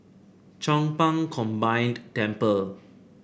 Chong Pang Combined Temple